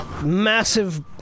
massive